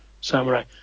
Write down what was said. samurai